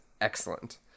excellent